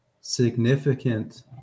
significant